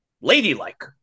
ladylike